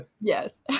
Yes